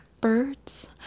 birds